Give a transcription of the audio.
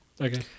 Okay